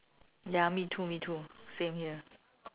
ya me too me too same here